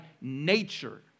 nature